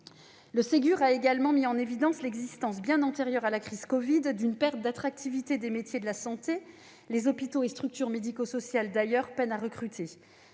Le Ségur a également mis en évidence l'existence, bien antérieure à la crise du covid, d'une perte d'attractivité des métiers de la santé. Les hôpitaux et les structures médico-sociales peinent d'ailleurs à recruter.